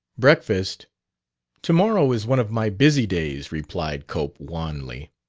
breakfast to-morrow is one of my busy days, replied cope wanly.